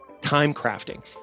timecrafting